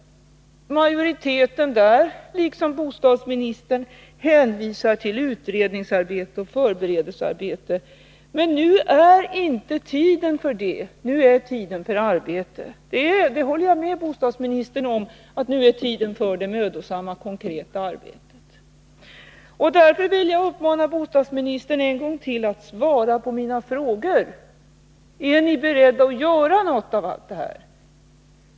Majoriteten i utskottet liksom bostadsministern hänvisar till utredningsarbete och förberedelsearbete. Men nu är inte tiden för det, nu är tiden för arbete. Jag håller med bostadsministern om att nu är tiden för det mödosamma konkreta arbetet. Därför vill jag uppmana bostadsministern en gång till att svara på mina frågor. Är ni beredda att göra någonting av allt detta?